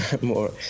more